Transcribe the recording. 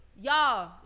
y'all